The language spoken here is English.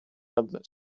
other